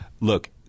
look